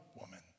woman